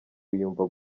wiyumva